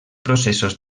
processos